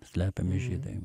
slepiami žydai